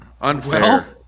Unfair